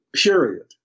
Period